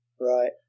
right